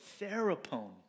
theropon